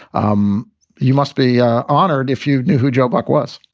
um you must be honored if you knew who joe back was